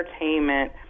entertainment